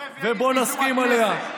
ובוא נסכים עליה,